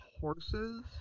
horses